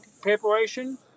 preparation